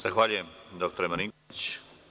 Zahvaljujem, dr Marinković.